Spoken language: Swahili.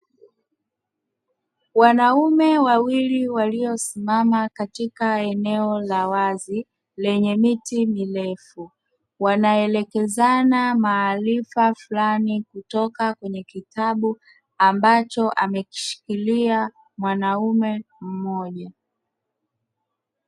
Wanaume wawili waliosimama katika eneo la wazi lenye miti mirefu, wanaelekezana maarifa fulani kutoka kwenye kitabu ambacho amekishikilia mwanaume mmoja.